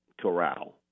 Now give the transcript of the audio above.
Corral